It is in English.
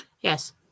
Yes